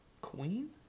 Queen